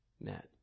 met